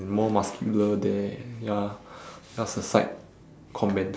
more muscular there ya just a side comment